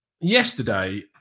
yesterday